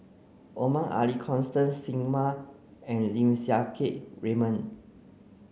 Omar Ali Constance Singam and Lim Siang Keat Raymond